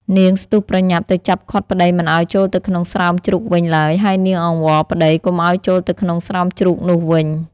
នាងស្ទុះប្រញាប់ ទៅចាប់ឃាត់ប្ដីមិនឱ្យចូលទៅក្នុងស្រោមជ្រូកវិញឡើយ ហើយនាងអង្វរប្ដីកុំឱ្យចូលទៅក្នុងស្រោមជ្រូកនោះវិញ។